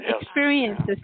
experiences